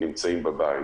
נמצאים בבית.